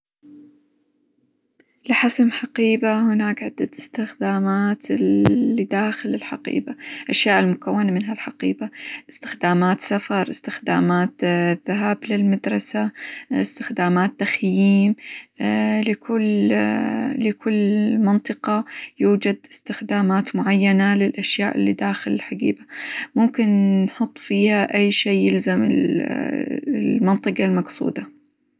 لحزم حقيبة هناك عدة استخدامات -الل- اللي داخل الحقيبة، ا لأشياء اللي مكونة منها الحقيبة، استخدامات سفر، استخدامات ذهاب للمدرسة، استخدامات تخييم، لكل لكل منطقة، يوجد استخدامات معينة للأشياء اللي داخل الحقيبة، ممكن نحط فيها أي شي يلزم -ال- المنطقة المقصودة.